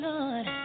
Lord